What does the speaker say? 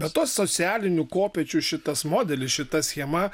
be to socialinių kopėčių šitas modelis šita schema